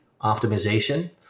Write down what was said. optimization